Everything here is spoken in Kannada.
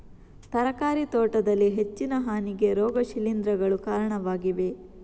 ತರಕಾರಿ ತೋಟದಲ್ಲಿ ಹೆಚ್ಚಿನ ಹಾನಿಗೆ ರೋಗ ಶಿಲೀಂಧ್ರಗಳು ಕಾರಣವಾಗಿವೆ